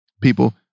people